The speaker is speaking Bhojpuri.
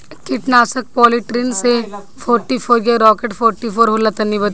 कीटनाशक पॉलीट्रिन सी फोर्टीफ़ोर या राकेट फोर्टीफोर होला तनि बताई?